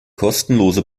kostenlose